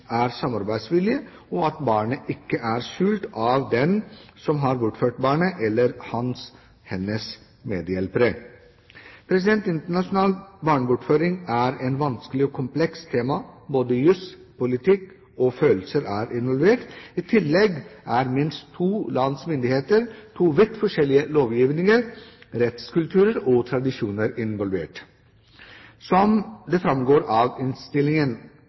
er samarbeidsvillige, og at barnet ikke er skjult av den som har bortført barnet, eller hans eller hennes medhjelpere. Internasjonal barnebortføring er et vanskelig og komplekst tema. Både jus, politikk og følelser er involvert. I tillegg er minst to lands myndigheter med to vidt forskjellige lovgivninger, rettskulturer og tradisjoner involvert. Som det framgår av innstillingen